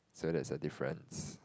so that's a difference